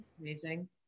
Amazing